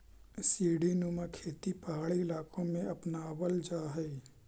सीढ़ीनुमा खेती पहाड़ी इलाकों में अपनावल जा हई